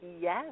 yes